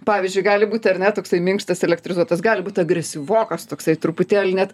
pavyzdžiui gali būti ar ne toksai minkštas elektrizuotas gali būt agresyvokas toksai truputėlį net